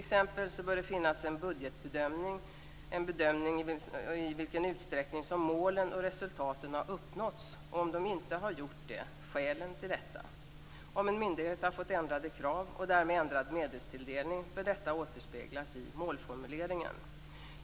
Det bör t.ex. vid budgetbedömningen finnas en bedömning av i vilken utsträckning som målen och resultaten har uppnåtts, och om de inte har nåtts skälen till detta. Om en myndighet har fått ändrade krav och därmed ändrad medelstilldelning bör detta återspeglas i målformuleringen.